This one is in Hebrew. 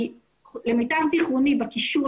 למיטב זיכרוני בקישור,